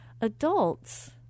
Adults